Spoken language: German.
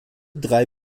drei